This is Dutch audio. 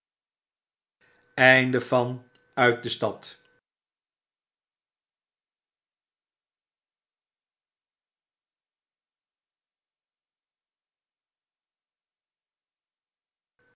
in de stad